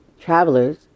travelers